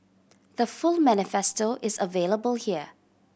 the full manifesto is available here